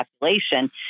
population